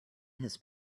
his